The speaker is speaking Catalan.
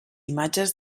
imatges